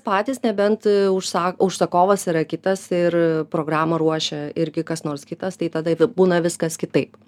patys nebent užsa užsakovas yra kitas ir programą ruošia irgi kas nors kitas tai tada būna viskas kitaip